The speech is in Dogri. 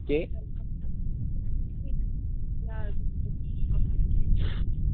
केह्